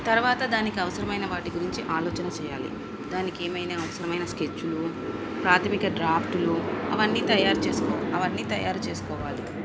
తర్వాత దానికి అవసరమైన వాటి గురించి ఆలోచన చేయాలి దానికి ఏమైనా అవసరమైన స్కెచ్లు ప్రాథమిక డ్రాఫ్ట్లు అవన్నీ తయారు చేసుకో అవన్నీ తయారు చేసుకోవాలి